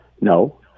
No